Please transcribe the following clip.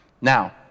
Now